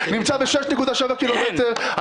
נמצא ב-6.7 קילומטר.